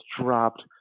dropped